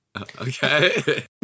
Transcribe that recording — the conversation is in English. Okay